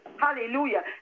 Hallelujah